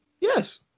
Yes